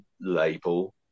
label